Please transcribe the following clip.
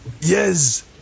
Yes